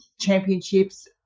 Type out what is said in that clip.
championships